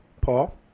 Paul